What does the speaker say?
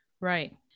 Right